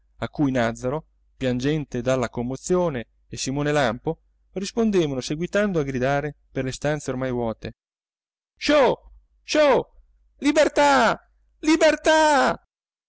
a cui nàzzaro piangente dalla commozione e simone lampo rispondevano seguitando a gridare per le stanze ormai vuote sciò sciò libertà libertà